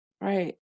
Right